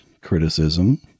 criticism